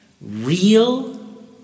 real